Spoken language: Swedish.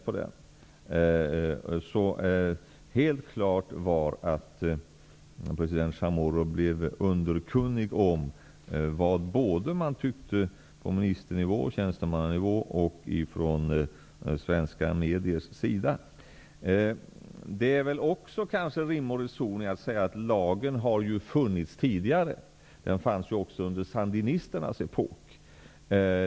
President Chamorro blev således helt klart underkunnig om vad vi tycker på ministernivå, på tjänstemannanivå och från svenska mediers sida. Lagen har dock funnits tidigare. Den fanns även under sandinisternas epok.